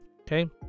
Okay